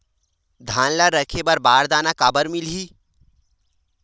धान ल रखे बर बारदाना काबर मिलही?